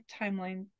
timeline